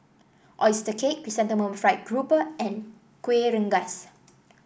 oyster cake Chrysanthemum Fried Grouper and Kueh Rengas